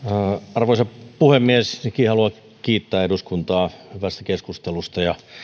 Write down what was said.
arvoisa puhemies ensinnäkin haluan kiittää eduskuntaa hyvästä keskustelusta ja